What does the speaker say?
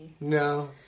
No